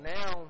Now